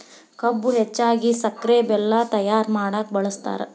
ಕಬ್ಬು ಹೆಚ್ಚಾಗಿ ಸಕ್ರೆ ಬೆಲ್ಲ ತಯ್ಯಾರ ಮಾಡಕ ಬಳ್ಸತಾರ